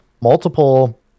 multiple